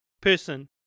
person